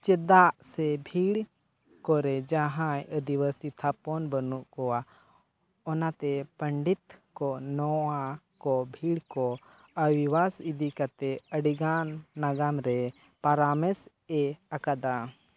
ᱪᱮᱫᱟᱜ ᱥᱮ ᱵᱷᱤᱲ ᱠᱚᱨᱮ ᱡᱟᱦᱟᱸᱭ ᱟᱹᱫᱤᱵᱟᱹᱥᱤ ᱛᱷᱟᱯᱚᱱ ᱵᱟᱹᱱᱩᱜ ᱠᱚᱣᱟ ᱚᱱᱟᱛᱮ ᱯᱟᱱᱰᱤᱛ ᱠᱚ ᱱᱚᱣᱟ ᱠᱚ ᱵᱷᱤᱲᱠᱚ ᱟᱭᱚᱣᱟᱥ ᱤᱫᱤ ᱠᱟᱛᱮ ᱟᱹᱰᱤᱜᱟᱱ ᱱᱟᱜᱟᱢ ᱨᱮ ᱯᱟᱨᱟᱢᱮᱥ ᱮ ᱟᱠᱟᱫᱟ